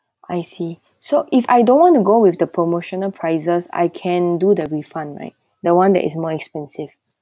I see so if I don't want to go with the promotional prices I can do the refund right the one that is more expensive